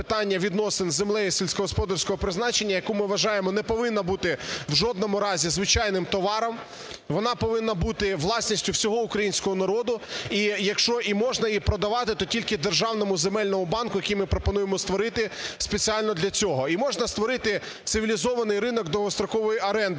вона повинна бути власністю всього українського народу. І, якщо і можна її продавати, то тільки державному земельному банку, який ми пропонуємо створити спеціально для цього, і можна створити цивілізований ринок довгострокової оренди